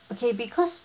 okay because